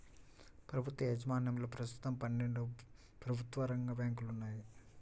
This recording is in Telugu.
ప్రభుత్వ యాజమాన్యంలో ప్రస్తుతం పన్నెండు ప్రభుత్వ రంగ బ్యాంకులు ఉన్నాయి